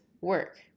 work